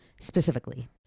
specifically